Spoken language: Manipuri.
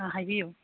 ꯑꯥ ꯍꯥꯏꯕꯤꯌꯨ